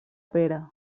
pere